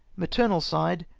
mateenal side.